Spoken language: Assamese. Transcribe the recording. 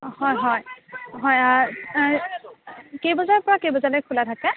হয় হয় হয় কেই বজাৰ পৰা কেই বজালে খোলা থাকে